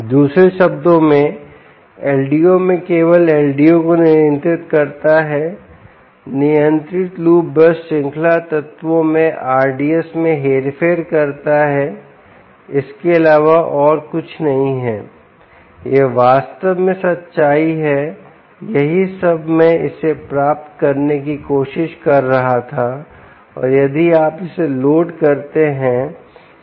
दूसरे शब्दों मेंLDO में केवल LDO को नियंत्रित करता है नियंत्रित लूप बस श्रृंखला तत्वों RDS में हेरफेर करता है इसके अलावा और कुछ नहीं है यह वास्तव में सच्चाई है यही सब मैं इसे प्राप्त करने की कोशिश कर रहा था और यदि आप इसे लोड करते हैं